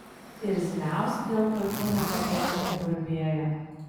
irzliausi dėl tokių nepatogumų burbėjo